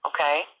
Okay